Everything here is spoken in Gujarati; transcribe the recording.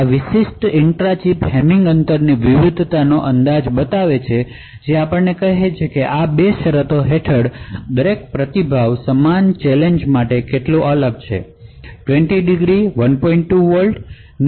આ વિશિષ્ટ ગ્રાફ ઇન્ટ્રા ચિપ હેમિંગ અંતરની વિવિધતાનો અંદાજ બતાવે છે તે તમને કહે છે કે આ 2 શરતો હેઠળ દરેક રીસ્પોન્શ સમાન ચેલેંજ માટે કેટલો અલગ છે આપણે 20 ° 1